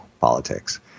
politics